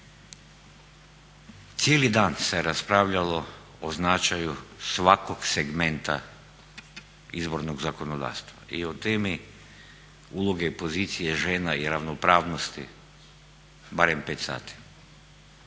Cijeli dan se raspravljalo o značaju svakog segmenta izbornog zakonodavstva i o temi uloge pozicije žena i ravnopravnosti barem 5 sati,